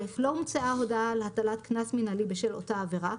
(א) לא הומצאה הודעה על הטלת קנס מינהלי בשל אותה עבירה,